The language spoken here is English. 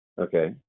Okay